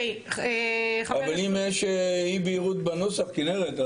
אבל אם יש אי בהירות בנוסח כנרת,